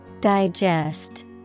Digest